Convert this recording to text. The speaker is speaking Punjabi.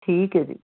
ਠੀਕ ਹੈ ਜੀ